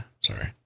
Sorry